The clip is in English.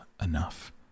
enough